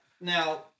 Now